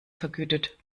vergütet